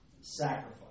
sacrifice